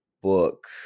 book